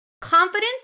confidence